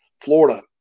Florida